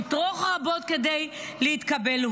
לטרוח רבות כדי להתקבל.